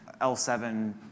L7